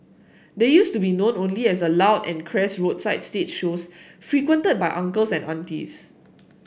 they used to be known only as a loud and crass roadside stage shows frequented by uncles and aunties